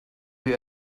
you